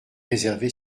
réservé